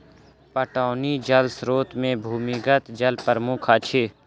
पटौनी जल स्रोत मे भूमिगत जल प्रमुख अछि